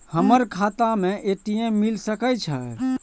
हमर खाता में ए.टी.एम मिल सके छै?